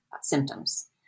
symptoms